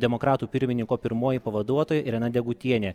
demokratų pirmininko pirmoji pavaduotoja irena degutienė